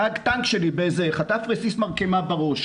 נהג טנק שלי חטף רסיס מרגמה בראש,